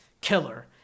killer